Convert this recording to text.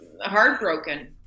heartbroken